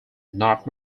not